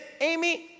Amy